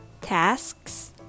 tasks